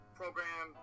program